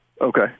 Okay